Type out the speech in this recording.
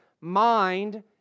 mind